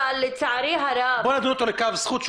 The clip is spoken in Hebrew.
בוא נדון אותו לכף זכות.